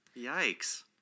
yikes